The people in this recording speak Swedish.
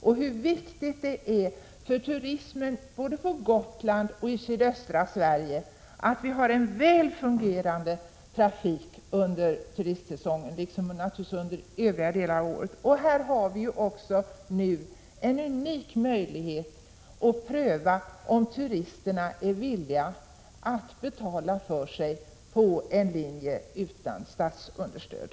Det är viktigt för turismen både på Gotland och i sydöstra Sverige att vi har en väl fungerande trafik under turistsäsongen, och naturligtvis också under övriga delar av året. Här har vi en unik möjlighet att pröva om turisterna är villiga att betala för sig på en linje utan statsunderstöd.